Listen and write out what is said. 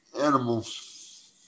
animals